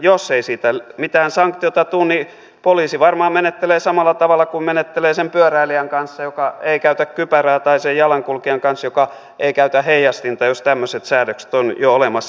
jos ei siitä mitään sanktiota tule niin poliisi varmaan menettelee samalla tavalla kuin menettelee sen pyöräilijän kanssa joka ei käytä kypärää tai sen jalankulkijan kanssa joka ei käytä heijastinta jos tämmöiset säädökset ovat jo olemassa